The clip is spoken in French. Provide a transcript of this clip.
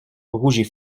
rougit